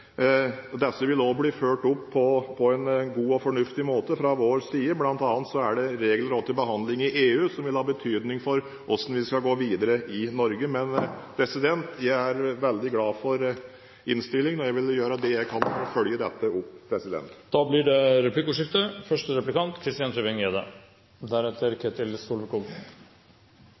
vil også bli fulgt opp på en god og fornuftig måte fra vår side, bl.a. er det nå regler til behandling i EU som vil ha betydning for hvordan vi skal gå videre i Norge. Jeg er veldig glad for innstillingen, og jeg vil gjøre det jeg kan for å følge opp dette. Det blir replikkordskifte.